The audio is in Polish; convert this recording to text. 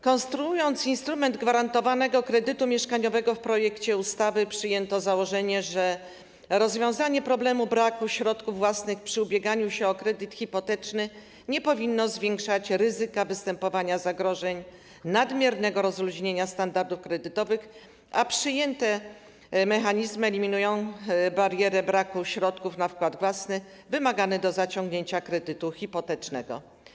Konstruując instrument gwarantowanego kredytu mieszkaniowego, w projekcie ustawy przyjęto założenie, że rozwiązanie problemu braku środków własnych przy ubieganiu się o kredyt hipoteczny nie powinno zwiększać ryzyka występowania zagrożeń nadmiernego rozluźnienia standardów kredytowych, a przyjęte mechanizmy eliminują barierę braku środków na wkład własny, wymagany do zaciągnięcia kredytu hipotecznego.